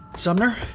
Sumner